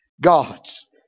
gods